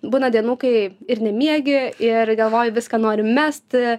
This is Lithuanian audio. būna dienų kai ir nemiegi ir galvoji viską nori mesti